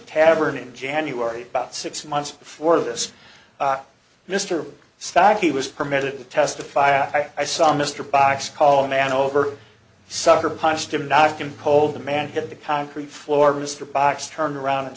tavern in january about six months before this mr stack he was permitted to testify i saw mr box call a man over sucker punched him knocked him polled the man hit the concrete floor mr box turned around and